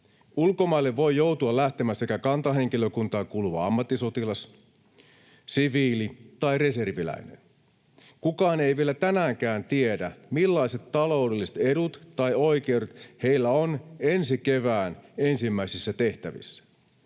Ulkomaille voi joutua lähtemään kantahenkilökuntaan kuuluva ammattisotilas, siviili tai reserviläinen. Kukaan ei vielä tänäänkään tiedä, millaiset taloudelliset edut tai oikeudet heillä on ensi kevään ensimmäisissä tehtävissä.